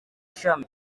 ishami